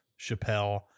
Chappelle